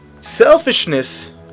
selfishness